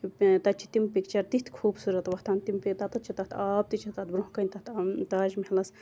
تَتہِ چھِ تِم پِکچَر تِتھ خوٗبصورت وۄتھان تِم پے تَتَھ چھِ تتھ بیٚیہِ آب تہِ چھِ تتھ برونٛہہ کَنہ تتھ تاج محلَس